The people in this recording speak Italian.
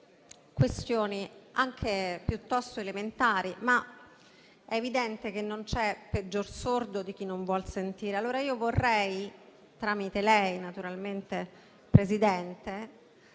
spiegare questioni anche piuttosto elementari, ma è evidente che non c'è peggior sordo di chi non vuol sentire. Vorrei allora, tramite lei, signor Presidente,